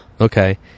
Okay